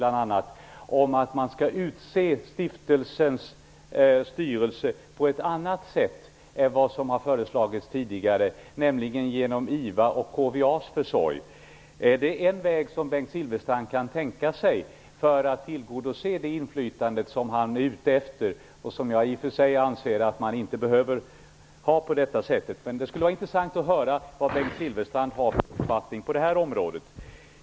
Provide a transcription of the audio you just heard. Det handlar om att stiftelsens styrelse skall utses på ett annat sätt än vad som har föreslagits tidigare, nämligen genom IVA:s och KVA:s försorg. Är det en väg som Bengt Silfverstrand kan tänka sig för att man skall kunna åstadkomma det inflytande som han är ute efter? Jag anser i och för sig att man inte behöver ha ett inflytande på det sättet. Det skulle vara intressant att höra vad Bengt Silfverstrand har för uppfattning på det här området.